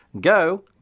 Go